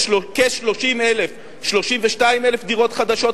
של 30,000 32,000 דירות חדשות,